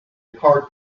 card